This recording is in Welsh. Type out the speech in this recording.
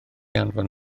anfon